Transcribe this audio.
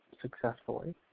successfully